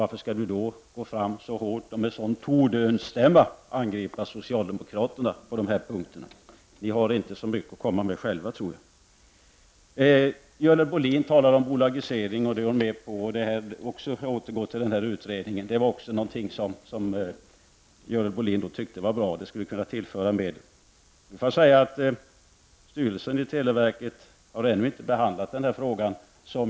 Varför angriper Anders Castberger med sådan tordönsstämma socialdemokraterna på dessa punkter? Jag tror inte att ni själva har så mycket att komma med. Görel Bohlin talar om bolagisering, något som hon är anhängare till. Hon anser att en sådan kan tillföra oss mer pengar. Låt mig säga att televerkets styrelse ännu inte har behandlat frågan om bolagisering.